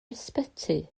ysbyty